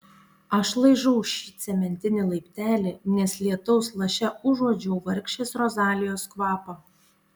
aš laižau šį cementinį laiptelį nes lietaus laše užuodžiau vargšės rozalijos kvapą